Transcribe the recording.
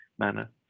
manner